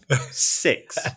Six